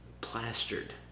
plastered